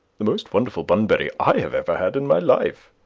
the most wonderful bunbury i have ever had in my life.